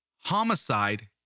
homicide